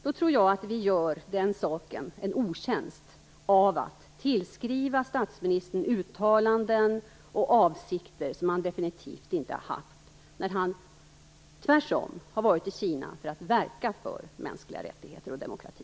Jag tror att vi gör den saken en otjänst genom att tillskriva statsministern uttalanden som han definitivt inte har gjort och avsikter som han definitivt inte har haft. Han har tvärtom varit i Kina för att verka för mänskliga rättigheter och demokrati.